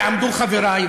ועמדו חברי,